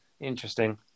interesting